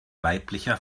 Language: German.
weiblicher